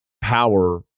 power